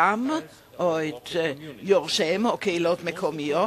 אותם או את יורשיהם או קהילות מקומיות,